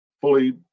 fully